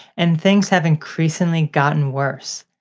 and things have increasingly gotten worse.